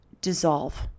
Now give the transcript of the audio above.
dissolve